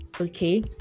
okay